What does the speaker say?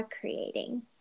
creating